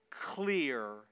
clear